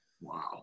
Wow